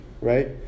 right